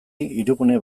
hirigune